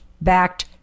backed